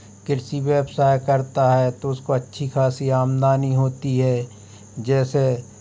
कृषि व्यवसाय करता है तो उसको अच्छी ख़ासी आमदनी होती है जैसे